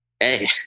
hey